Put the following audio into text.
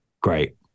great